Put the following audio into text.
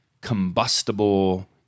combustible